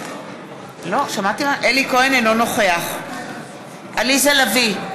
אינו נוכח עליזה לביא,